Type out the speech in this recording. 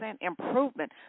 improvement